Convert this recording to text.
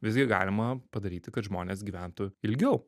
visgi galima padaryti kad žmonės gyventų ilgiau